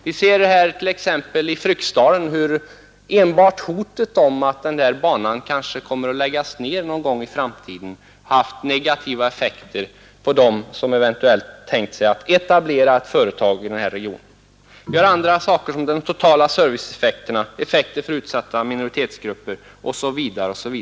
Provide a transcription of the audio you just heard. Vi ser t.ex.i Fryksdalen hur enbart hotet att banan kanske kommer att läggas ned någon gång har haft negativa effekter på dem som eventuellt tänkt sig att etablera ett företag i den regionen. Vi har också de totala serviceeffekterna, effekten för utsatta minoritetsgrupper osv.